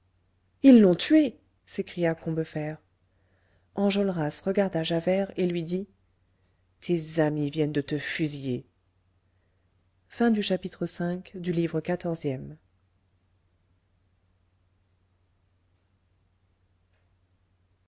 ils l'ont tué s'écria combeferre enjolras regarda javert et lui dit tes amis viennent de te fusiller chapitre vi